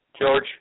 George